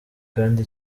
kandi